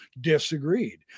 disagreed